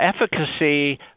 efficacy